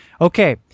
Okay